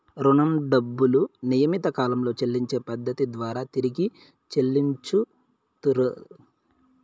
రుణం డబ్బులు నియమిత కాలంలో చెల్లించే పద్ధతి ద్వారా తిరిగి చెల్లించుతరు